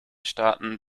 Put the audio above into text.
staaten